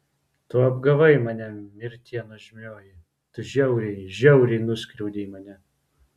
tu apgavai mane mirtie nuožmioji tu žiauriai žiauriai nuskriaudei mane